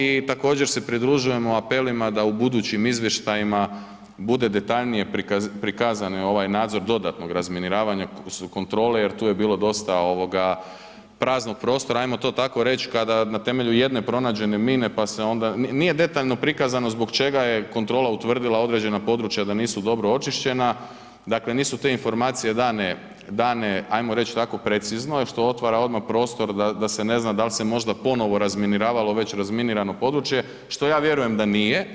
I također se pridružujemo apelima da u budućim izvještajima bude detaljnije prikazan ovaj nadzor dodatnog razminiravanja su kontrole jer tu je bilo dosta praznog prostora, ajmo to tako reći kada na temelju jedne pronađene mine pa se onda, nije detaljno prikazano zbog čega je kontrola utvrdila određena područja da nisu dobro očišćena, dakle nisu te informacije dane ajmo reći tako precizno, što otvara odmah prostor da se ne zna da li se možda ponovo razminiravalo već razminirano područje, što ja vjerujem da nije.